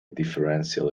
differential